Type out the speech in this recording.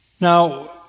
Now